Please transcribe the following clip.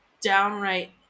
downright